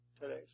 today